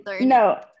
no